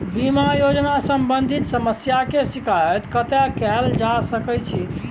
बीमा योजना सम्बंधित समस्या के शिकायत कत्ते कैल जा सकै छी?